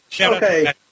Okay